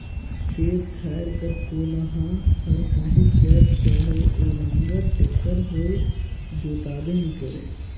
खेत खाएर कर कोनहा हर काहीच जाएत चहे ओ नांगर, टेक्टर होए जोताबे नी करे